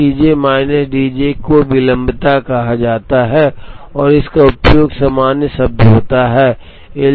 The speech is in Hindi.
तो C J minus D J को विलंबता कहा जाता है और इसका उपयोग सामान्य शब्द होता है